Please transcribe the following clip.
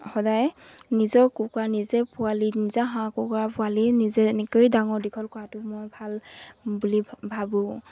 সদায় নিজৰ কুকুৰা নিজে পোৱালি নিজ হাঁহ কুকুৰা পোৱালি নিজে এনেকৈ ডাঙৰ দীঘল কৰাটো মই ভাল বুলি ভ ভাবোঁ